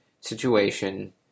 situation